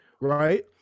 Right